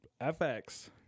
FX